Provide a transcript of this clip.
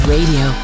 Radio